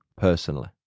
personally